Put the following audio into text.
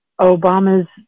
Obama's